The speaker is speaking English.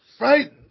Right